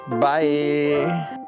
Bye